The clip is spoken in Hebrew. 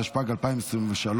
התשפ"ג 2023,